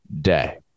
day